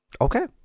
Okay